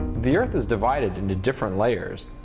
the earth is divided into different layers,